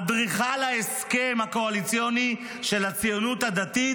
אדריכל ההסכם הקואליציוני של הציונות הדתית